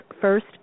first